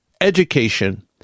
Education